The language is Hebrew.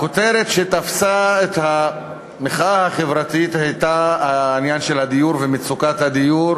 הכותרת שתפסה את המחאה החברתית הייתה העניין של הדיור ומצוקת הדיור